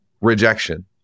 rejection